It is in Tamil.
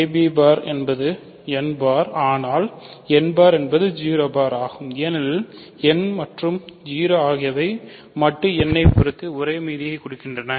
ab பார் என்பது n பார் ஆனால் n பார் என்பது 0 பார் ஆகும் ஏனெனில் n மற்றும் 0 ஆகியவை மட்டு n ஐ பொருத்து ஒரே மீதியை கொண்டுள்ளன